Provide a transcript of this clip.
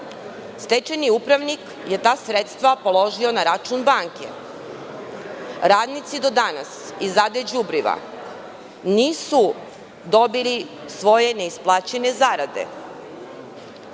Stečajni upravnik je ta sredstva položio na račun banke. Radnici do danas iz „AD Đubriva“ nisu dobili svoje neisplaćene zarade,